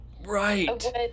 Right